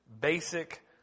basic